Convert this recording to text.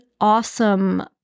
awesome